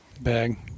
Bag